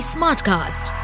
Smartcast